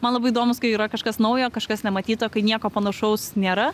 man labai įdomūs kai yra kažkas naujo kažkas nematyto kai nieko panašaus nėra